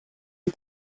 and